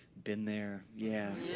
been there, yeah.